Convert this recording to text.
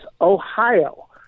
Ohio